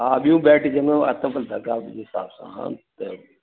हा ॿियूं जे हिसाब सां